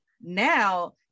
Now